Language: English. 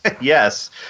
Yes